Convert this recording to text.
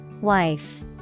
Wife